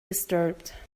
disturbed